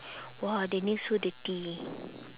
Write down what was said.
!wah! the nail so dirty